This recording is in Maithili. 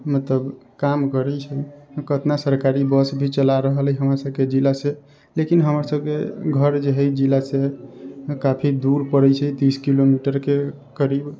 मतलब काम करै छै कितना सरकारी बस भी चला रहल अछि हमरा सभके जिलासँ लेकिन हमरा सभके घर जे हइ जिलासँ काफी दूर पड़ै छै तीस किलोमीटरके करीब